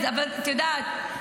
אבל את יודעת,